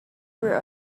were